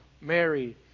Mary